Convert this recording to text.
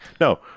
no